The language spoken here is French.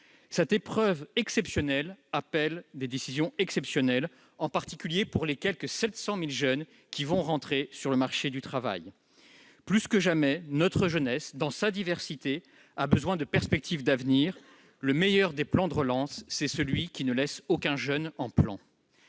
Cette épreuve exceptionnelle appelle des décisions exceptionnelles, en particulier pour les quelque 700 000 jeunes qui vont entrer sur le marché du travail. Notre jeunesse, dans sa diversité, a plus que jamais besoin de perspectives d'avenir. Le meilleur des plans de relance, c'est celui qui ne laisse aucun jeune en plan